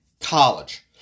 college